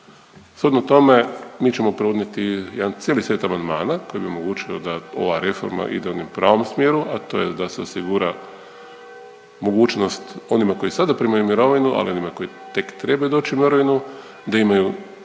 Shodno tome mi ćemo podnijeti jedan cijeli set amandmana koji bi omogućio da ova reforma ide u pravom smjeru, a to je da se osigura mogućnost onima koji sada primaju mirovinu, ali i onima koji tek trebaju doći u mirovinu da imaju